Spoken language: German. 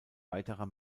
weiterer